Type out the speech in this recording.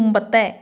മുമ്പത്തെ